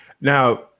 Now